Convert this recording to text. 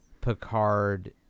Picard